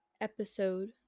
episode